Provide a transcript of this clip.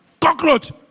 Cockroach